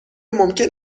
ممکن